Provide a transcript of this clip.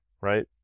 right